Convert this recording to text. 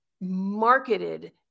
marketed